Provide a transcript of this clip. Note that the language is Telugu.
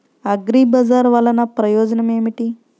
అగ్రిబజార్ వల్లన ప్రయోజనం ఏమిటీ?